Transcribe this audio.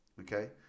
okay